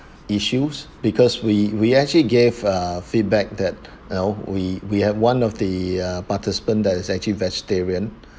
issues because we we actually gave a feedback that you know we we have one of the uh participant that is actually vegetarian